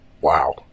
Wow